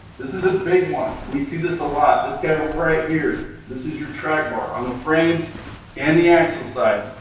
this is a big one. we see this a lot. this guy right here. this is your track bar. on the frame and the axis side.